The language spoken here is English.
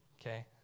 Okay